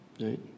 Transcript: Right